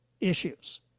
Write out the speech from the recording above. issues